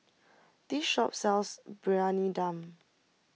this shop sells Briyani Dum